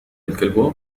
الكلب